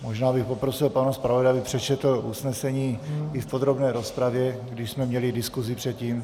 Možná bych poprosil pana zpravodaje, aby přečetl usnesení i v podrobné rozpravě, když jsme měli diskusi předtím.